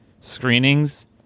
screenings